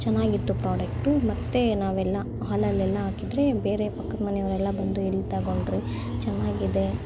ಚೆನ್ನಾಗಿತ್ತು ಪ್ರಾಡಕ್ಟು ಮತ್ತು ನಾವೆಲ್ಲ ಹಾಲಲೆಲ್ಲ ಹಾಕಿದರೆ ಬೇರೆ ಪಕ್ಕದ ಮನೆಯವರೆಲ್ಲ ಬಂದು ಎಲ್ಲಿ ತೊಗೊಂಡ್ರಿ ಚೆನ್ನಾಗಿದೆ